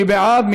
מי בעד?